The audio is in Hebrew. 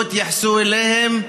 ולא התייחסו אליהם,